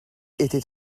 était